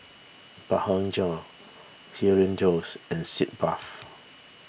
Blephagel Hirudoid and Sitz Bath